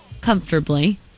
comfortably